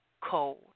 cold